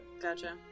Gotcha